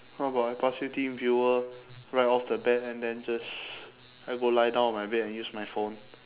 how about I pass you teamviewer right off the bat and then just I go lie down on my bed and use my phone